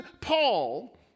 Paul